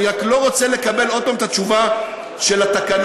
אני רק לא רוצה לקבל עוד פעם את התשובה של התקנות.